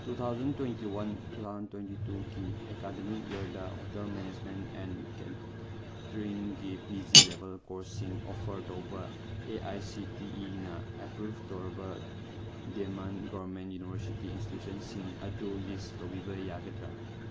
two thousand twenty one two thousand twenty ꯇꯨꯒꯤ academic ꯏꯌꯔꯗ hotel management and ꯀꯦꯇꯔꯤꯡꯒꯤ P G ꯂꯦꯕꯦꯜ ꯀꯣꯔꯁꯁꯤꯡ ꯑꯣꯐꯔ ꯇꯧꯕ ꯑꯦ ꯑꯥꯏ ꯁꯤ ꯇꯤ ꯏꯅ ꯑꯦꯄ꯭ꯔꯨꯞ ꯇꯧꯔꯕ ꯗꯤꯃꯥꯟ ꯒꯣꯔꯃꯦꯟ ꯌꯨꯅꯤꯕꯔꯁꯤꯇꯤ ꯏꯟꯁꯇꯤꯇ꯭ꯌꯨꯁꯟꯁꯤꯡ ꯑꯗꯨ ꯂꯤꯁ ꯇꯧꯕꯤꯕ ꯌꯥꯒꯗ꯭ꯔꯥ